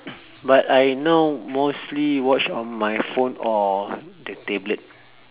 but I now mostly watch on my phone or the tablet